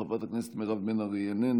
חברת הכנסת מירב בן ארי,